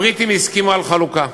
הבריטים הסכימו על חלוקה.